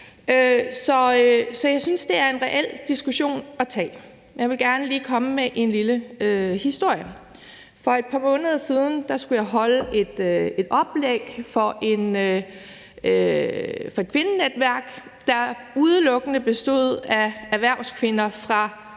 Så jeg synes, det er en diskussion, der er reel at tage, og jeg vil gerne lige komme med en lille historie. For et par måneder siden skulle jeg holde et oplæg for et kvindenetværk, der udelukkende bestod af erhvervskvinder fra